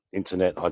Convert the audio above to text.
internet